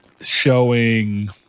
showing